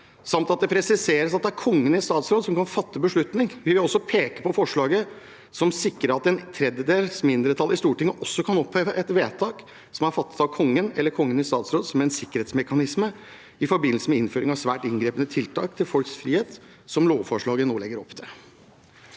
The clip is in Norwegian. ikke.» Det presiseres også at det er Kongen i statsråd som kan fatte beslutning. Vi vil også peke på forslaget, som sikrer at en tredjedel av Stortingets medlemmer også kan oppheve et vedtak som er fattet av Kongen eller Kongen i statsråd som en sikkerhetsmekanisme i forbindelse med innføring av svært inngripende tiltak for folks frihet, slik lovvedtaket nå legger opp til.